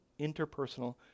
interpersonal